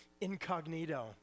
incognito